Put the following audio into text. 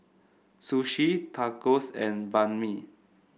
Sushi Tacos and Banh Mi